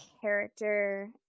character